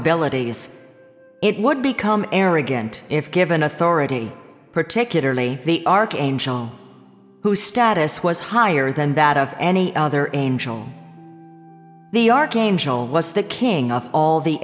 abilities it would become arrogant if given authority particularly the archangel who status was higher than that of any other angel the archangel was the king of all the